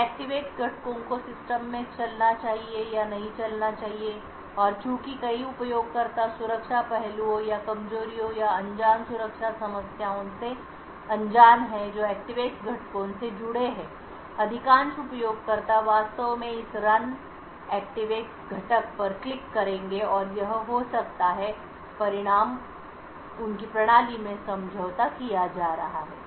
क्या ActiveX घटकों को सिस्टम में चलना चाहिए या नहीं चलना चाहिए और चूंकि कई उपयोगकर्ता सुरक्षा पहलुओं या कमजोरियों या अनजान सुरक्षा समस्याओं से अनजान हैं जो ActiveX घटकों से जुड़े हैं अधिकांश उपयोगकर्ता वास्तव में इस रन ActiveX घटक पर क्लिक करेंगे और यह हो सकता है परिणाम उनकी प्रणाली में समझौता किया जा रहा है